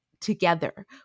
together